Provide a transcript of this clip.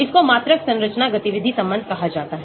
इसको मात्रात्मक संरचना गतिविधि संबंध कहा जाता है